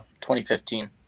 2015